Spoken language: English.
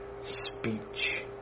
speech